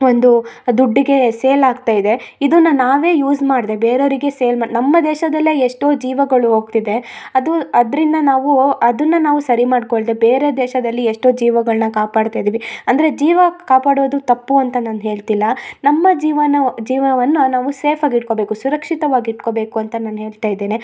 ಒಂದು ದುಡ್ಡಿಗೆ ಸೇಲ್ ಆಗ್ತಾಯಿದೆ ಇದನ್ನ ನಾವೇ ಯೂಝ್ ಮಾಡದೇ ಬೇರೆ ಅವರಿಗೆ ಸೇಲ್ ಮಾ ನಮ್ಮ ದೇಶದಲ್ಲೆ ಎಷ್ಟೋ ಜೀವಗಳು ಹೋಗ್ತಿದೆ ಅದೂ ಅದರಿಂದ ನಾವು ಅದನ್ನ ನಾವು ಸರಿ ಮಾಡ್ಕೊಳ್ದೆ ಬೇರೆ ದೇಶದಲ್ಲಿ ಎಷ್ಟೋ ಜೀವಗಳನ್ನ ಕಾಪಾಡ್ತಾ ಇದ್ದೀವಿ ಅಂದ್ರೆ ಜೀವ ಕಾಪಾಡೋದು ತಪ್ಪು ಅಂತ ನಾನ್ ಹೇಲ್ತಿಲ್ಲ ನಮ್ಮ ಜೀವಾನ ಜೀವವನ್ನ ನಾವು ಸೇಫಾಗ್ ಇಟ್ಕೊಬೇಕು ಸುರಕ್ಷಿತವಾಗ್ ಇಟ್ಕೊಬೇಕು ಅಂತ ನಾನ್ ಹೇಳ್ತ ಇದೇನೆ